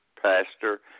pastor